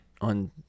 on